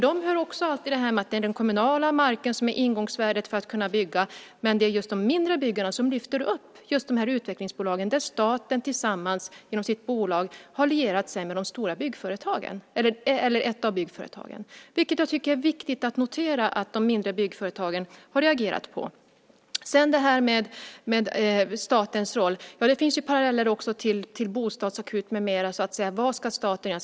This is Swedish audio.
De hör också alltid att det är den kommunala marken som är ingångsvärdet för att kunna bygga, men det är just de mindre byggarna som lyfter upp de utvecklingsbolag där staten genom sitt bolag har lierat sig med ett av de stora byggföretagen. Jag tycker att det är viktigt att notera att de mindre byggföretagen har reagerat på detta. När det sedan gäller statens roll finns det paralleller också till bostadsakut med mera. Vad ska staten göra?